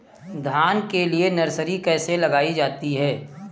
धान के लिए नर्सरी कैसे लगाई जाती है?